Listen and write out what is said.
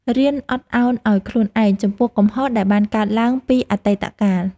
រៀនអត់ឱនឱ្យខ្លួនឯង ចំពោះកំហុសដែលបានកើតឡើងពីអតីតកាល។